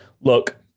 look